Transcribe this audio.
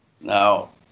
Now